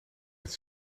het